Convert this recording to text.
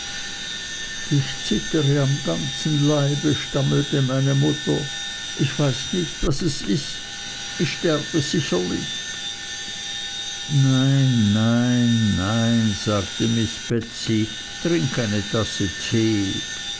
ich zittere am ganzen leibe stammelte meine mutter ich weiß nicht was es ist ich sterbe sicherlich nein nein nein sagte miß betsey trink eine tasse tee